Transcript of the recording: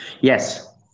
Yes